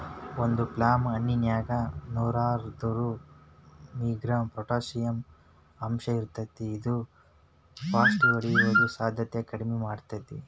ಒಂದು ಪ್ಲಮ್ ಹಣ್ಣಿನ್ಯಾಗ ನೂರಾಹದ್ಮೂರು ಮಿ.ಗ್ರಾಂ ಪೊಟಾಷಿಯಂ ಅಂಶಇರ್ತೇತಿ ಇದು ಪಾರ್ಷಿಹೊಡಿಯೋ ಸಾಧ್ಯತೆನ ಕಡಿಮಿ ಮಾಡ್ತೆತಿ